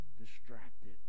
distracted